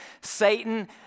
Satan